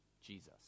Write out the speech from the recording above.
Jesus